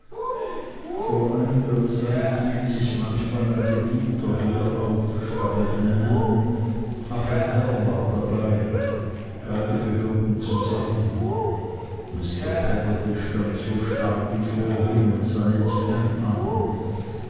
vor einiger zeit hielt sich manchmal ein bedienter hier auf stammelte ham auch ein herr war dabei beide gehörten zusammen mr peggotty stand so starr wie vorhin und sah jetzt ham an